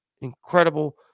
incredible